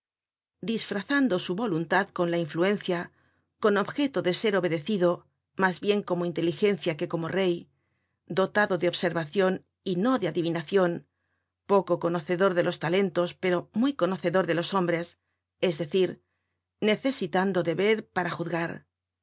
disfrazando su voluntad con la influencia con objeto de ser obedecido mas bien como inteligenoia que como rey dotado de observacion y no de adivinacion poco conocedor de los talentos pero muy conocedor de los hombres es decir necesitando de ver para juzgar